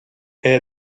the